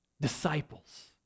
Disciples